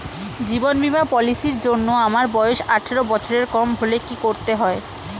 জীবন বীমা পলিসি র জন্যে আমার বয়স আঠারো বছরের কম হলে কি করতে হয়?